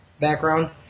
background